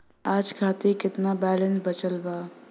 आज खातिर केतना बैलैंस बचल बा?